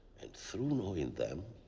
and through knowing them,